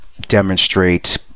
demonstrate